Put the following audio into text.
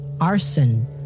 arson